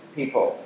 people